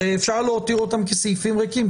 הרי אפשר להותיר אותם כסעיפים ריקים,